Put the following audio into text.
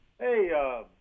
Hey